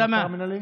לעצמך.